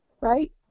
right